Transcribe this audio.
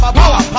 power